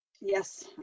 Yes